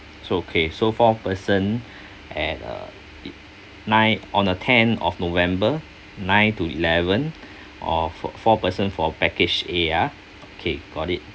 so okay so four person at uh nine on a tenth of november nine to eleven of four person for package A ya okay got it